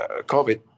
COVID